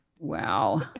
Wow